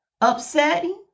upsetting